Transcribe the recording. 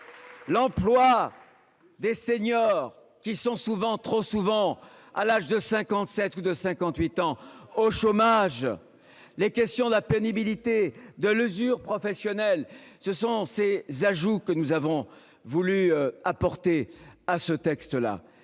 L'emploi. Des seniors qui sont souvent trop souvent à l'âge de 57 ou de 58 ans au chômage. Les questions de la pénibilité de mesures professionnelle. Ce sont ces ajouts que nous avons voulu apporter à ce texte là.